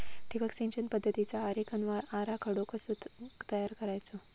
ठिबक सिंचन पद्धतीचा आरेखन व आराखडो कसो तयार करायचो?